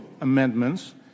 amendments